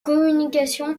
communication